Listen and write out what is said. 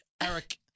Eric